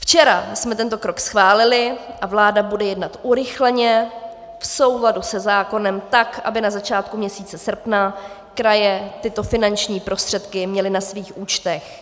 Včera jsme tento krok schválili a vláda bude jednat urychleně v souladu se zákonem, tak aby na začátku měsíce srpna kraje tyto finanční prostředky měly na svých účtech.